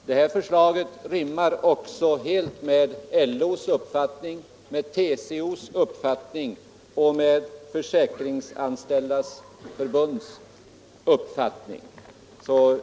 Vårt förslag ligger helt i linje med LO:s, TCO:s och Försäkringsanställdas förbunds uppfattning.